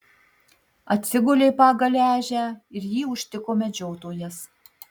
atsigulė pagal ežią ir jį užtiko medžiotojas